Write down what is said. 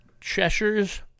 cheshire's